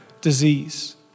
disease